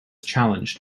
challenged